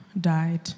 died